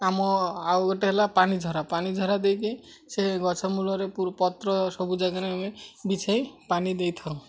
ଆମ ଆଉ ଗୋଟେ ହେଲା ପାଣିଝରା ପାଣିଝରା ଦେଇକି ସେ ଗଛ ମୂଳରେ ପତ୍ର ସବୁ ଜାଗାରେ ଆମେ ବିଛାଇ ପାଣି ଦେଇଥାଉ